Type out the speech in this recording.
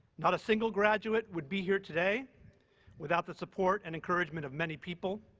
not a single graduate would be here today without the support and encouragement of many people,